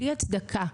בלי הצדקה.